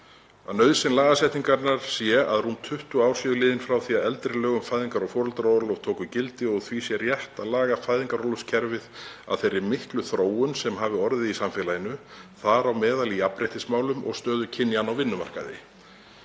og nauðsyn lagasetningarinnar sé að rúm 20 ár séu liðin frá því að eldri lög um fæðingar- og foreldraorlof tóku gildi og því sé rétt að laga fæðingarorlofskerfið að þeirri miklu þróun sem hefur orðið í samfélaginu, þar á meðal í jafnréttismálum og stöðu kynjanna á vinnumarkaði.